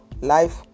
life